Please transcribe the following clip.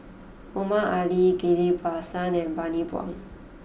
Omar Ali Ghillie Basan and Bani Buang